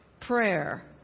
Prayer